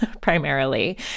primarily